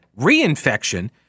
reinfection